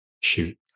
shoot